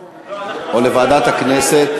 לוועדת החוץ והביטחון.